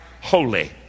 holy